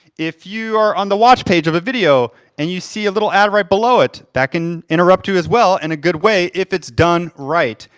if you are on the watch page of a video, and you see a little ad right below it, that can interrupt you as well, in and a good way, if it's done right.